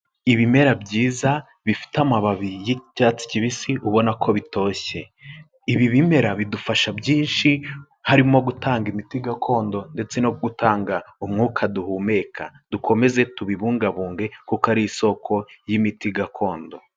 Ibimera byiza bifite amababi y'icyatsi kibisi ubona ko bitoshye. Ibi bimera bidufasha byinshi harimo gutanga imiti gakondo ndetse no gutanga umwuka duhumeka. Dukomeze tubibungabunge kuko ari isoko y'imiti gakondo.